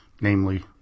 namely